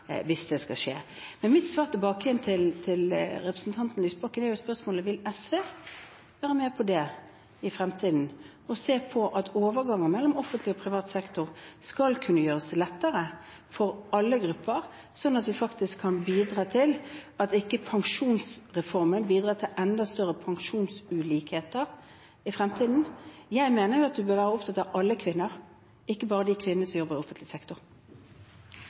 hvis det skal skje. Men mitt svar til representanten Lysbakken er spørsmålet: Vil SV i fremtiden være med og se på at overganger mellom offentlig og privat sektor skal kunne gjøres lettere for alle grupper, sånn at vi faktisk kan bidra til at ikke pensjonsreformen bidrar til enda større pensjonsulikheter i fremtiden? Jeg mener jo at vi bør være opptatt av alle kvinner, ikke bare de kvinnene som jobber i offentlig sektor.